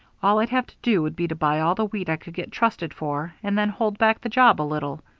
all i'd have to do would be to buy all the wheat i could get trusted for and then hold back the job a little.